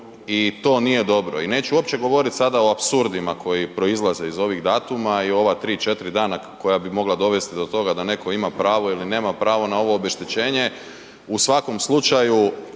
i to nije dobro. I neću uopće govoriti sada o apsurdima koji proizlaze iz ovih datuma i ova 3, 4 dana koja bi mogla dovesti do toga da netko ima pravo ili nema pravo na ovo obeštećenje. U svakom slučaju